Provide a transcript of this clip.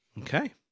Okay